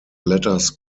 letters